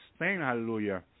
hallelujah